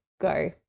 go